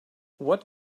what